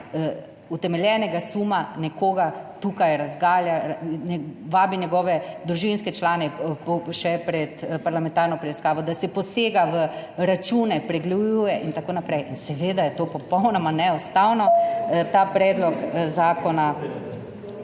utemeljenega suma nekoga tukaj razgalja, vabi njegove družinske člane še pred parlamentarno preiskavo, da se posega v račune, pregleduje in tako naprej. In seveda je to popolnoma neustavno. Ta predlog zakona